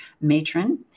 matron